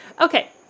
okay